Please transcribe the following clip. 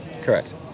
Correct